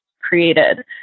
created